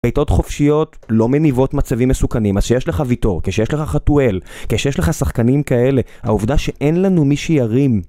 בעיטות חופשיות לא מניבות מצבים מסוכנים, אז כשיש לך ויטור, כשיש לך חתואל, כשיש לך שחקנים כאלה, העובדה שאין לנו מי שירים.